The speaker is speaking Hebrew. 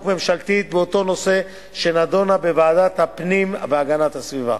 ממשלתית באותו נושא שנדונה בוועדת הפנים והגנת הסביבה.